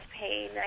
pain